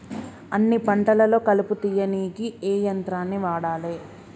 అన్ని పంటలలో కలుపు తీయనీకి ఏ యంత్రాన్ని వాడాలే?